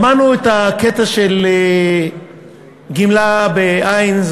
שמענו את הקטע של גמלה בעין,